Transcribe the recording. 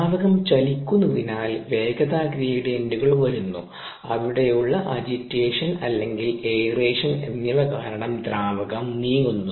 ദ്രാവകം ചലിക്കുന്നതിനാൽ വേഗത ഗ്രേഡിയന്റുകൾ വരുന്നു അവിടെയുള്ള അജിറ്റേഷൻ അല്ലെങ്കിൽ എയറേഷൻ എന്നിവ കാരണം ദ്രാവകം നീങ്ങുന്നു